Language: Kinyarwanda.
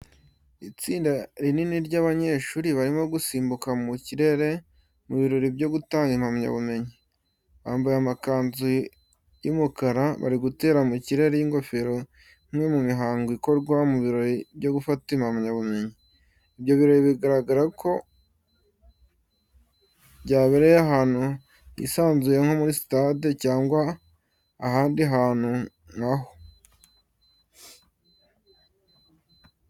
Itsinda rinini ry'abanyeshuri, barimo gusimbuka mu kirere mu birori byo gutanga impamyabumenyi. Bambaye amakanzu y'umukara, bari gutera mu kirere ingofero nk'imwe mu mihango ikorwa mu birori byo gufata impamyabumenyi. Ibyo birori biragaragara ko byabereye ahantu hisanzuye nko muri sitade cyangwa ahandi hantu nka ho.